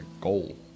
goal